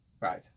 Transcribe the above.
Right